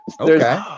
Okay